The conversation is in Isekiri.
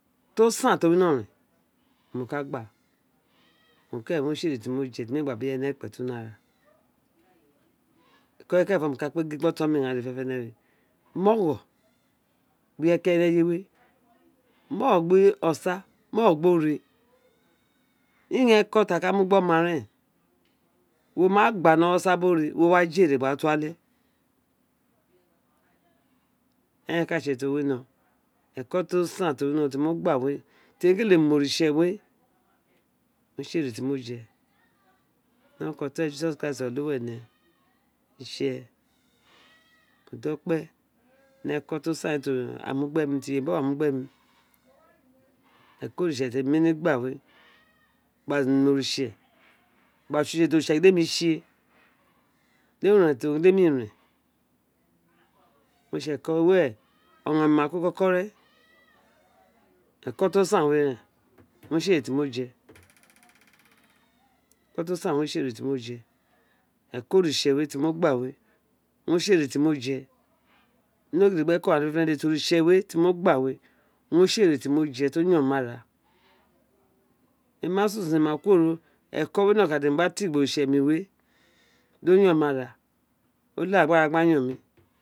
To san to wino ren owun mo ka gba owun keren owun re tsi ere ti mo ne ti me bi lreye ki peye ni ekpety ni ara eko̱ eren kerenfo mo ka kpe gin gbi oton mi ghan dede we ma ogho gbi ireye ki ireye mu ogho gbi osa mu ogho gbi ore ighaan eko ti a ka mu gbi omã ren woma gba ni ewo osa bi ore wo wa jere ó gba buale eren ka tsi ee urun ti ó wino eko tosin ti o wino ti mo gba we tori gin mo lele oritsewe oritse owun re tsi ere ti moje ni oru ku ijeses christ oluwa ene itse modo kpe nr eko to san ti iyenri bi owa mi mu gbe mi eko oritse ti mo nemi gba we gba ma oritse gba tse utse ti oritse gin di emi tsi éè nì uren ti o gbe me ren owun re tsi ekȯ were emi ma ku koko ren eko to san we ren owun re tsi ene ti mo je eko to san owunre tsi ere ti mo je eko oritse we tr mọ gba we owin re tsi ere tí mo je ekọ oritse we ti mo gba we owain re tsi ere tí mo je ni uheko ghean dede ti ori tsi we ti mo gba we owun re jsi ene ti mo gba we do yon mi ni ara emi ma si sun mo ma ku woro eko we no kan owun mo gba tigbi oritse mi we do yon mi ara o leghe ara no yon mi.